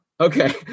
Okay